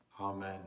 Amen